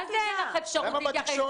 מה זה אין לך אפשרות להתייחס?